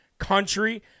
Country